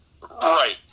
right